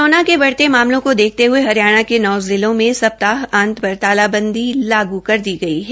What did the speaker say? corona के बढ़ते मामलों को देखते हए हरियाणा के नौ जिलों में सप्ताह अंत पर तालबंदी लागू कर दी है